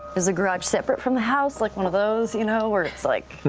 is the garage separate from the house? like one of those, you know, where it's like.